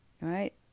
Right